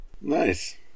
Nice